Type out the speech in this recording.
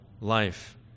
life